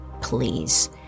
Please